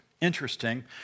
interesting